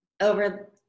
over